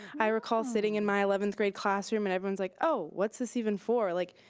i recall sitting in my eleventh grade classroom and everyone's like, oh, what's this even for? like,